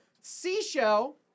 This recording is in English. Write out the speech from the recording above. Seashell